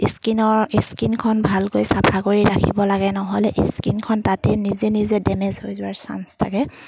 স্কিনৰ স্কিনখন ভালকৈ চাফা কৰি ৰাখিব লাগে নহ'লে স্কিনখন তাতে নিজে নিজে ডেমেজ হৈ যোৱাৰ চান্স থাকে